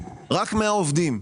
רק 100 עובדים,